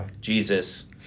Jesus